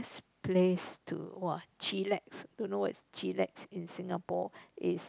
place to !wah! chillax don't know what is chillax in Singapore is